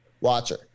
Watcher